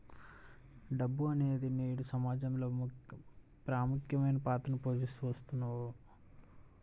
డబ్బు అనేది నేడు సమాజంలో ప్రముఖమైన పాత్రని పోషిత్తున్న వస్తువు